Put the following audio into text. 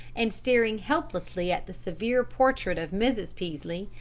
and, staring helplessly at the severe portrait of mrs. peaslee,